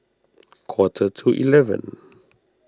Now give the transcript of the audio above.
quarter to eleven